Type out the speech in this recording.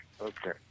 Okay